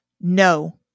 no